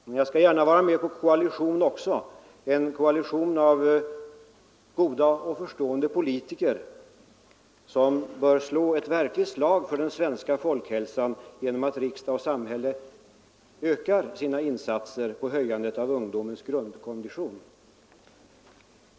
Men jag skall gärna vara med på koalition också — en koalition av goda och förstående parlamentariker som bör slå ett verkligt slag för den svenska folkhälsan genom att riksdag och samhälle ökar sina insatser för att höja ungdomens grundkondition.